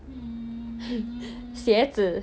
hmm